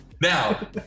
Now